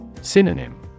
Synonym